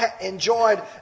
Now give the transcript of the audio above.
enjoyed